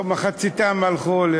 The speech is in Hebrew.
מחציתן הלכו.